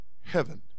heaven